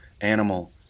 Animal